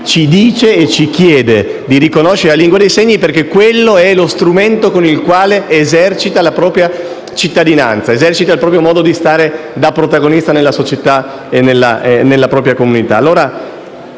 a chi ci chiede di riconoscere la lingua dei segni perché essa è lo strumento con il quale esercita la propria cittadinanza e il proprio modo di stare da protagonista nella società e nella propria comunità.